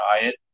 diet